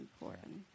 important